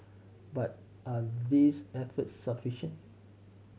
but are these efforts sufficient